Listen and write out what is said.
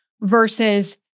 versus